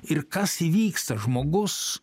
ir kas įvyksta žmogus